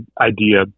idea